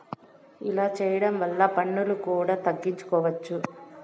ఇలా చేయడం వల్ల పన్నులు కూడా తగ్గించుకోవచ్చు